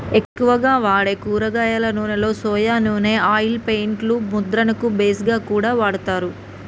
ఎక్కువగా వాడే కూరగాయల నూనెలో సొయా నూనె ఆయిల్ పెయింట్ లు ముద్రణకు బేస్ గా కూడా వాడతారు